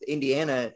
Indiana –